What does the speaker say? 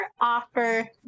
offer